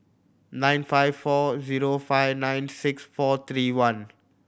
nine five four zero five nine six four three one